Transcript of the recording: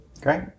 Great